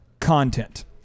content